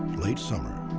late summer